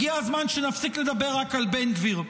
הגיע הזמן שנפסיק לדבר רק על בן גביר.